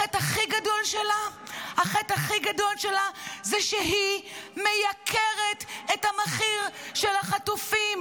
החטא הכי גדול שלה זה שהיא מייקרת את המחיר של החטופים.